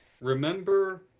remember